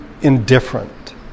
indifferent